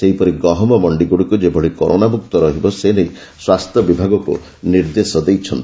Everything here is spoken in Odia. ସେହିପରି ଗହମ ମଣ୍ଡିଗୁଡ଼ିକୁ ଯେଭଳି କରୋନାମୁକ୍ତ ରହିବ ସେନେଇ ସ୍ୱାସ୍ଥ୍ୟ ବିଭାଗକୁ ନିର୍ଦ୍ଦେଶ ଦେଇଛନ୍ତି